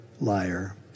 liar